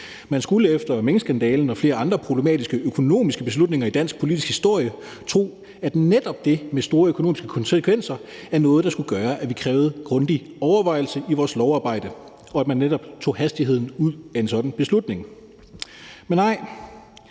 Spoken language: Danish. Man skulle efter minkskandalen og flere andre problematiske økonomiske beslutninger i dansk politisk historie tro, at netop det med store økonomiske konsekvenser er noget, der skulle gøre, at vi krævede grundig overvejelse i vores lovarbejde, og at man netop tog hastigheden ud af en sådan beslutning. Men nej,